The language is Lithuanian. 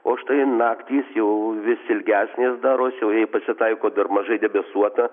o štai naktys jau vis ilgesnės darosi o jei pasitaiko dar mažai debesuota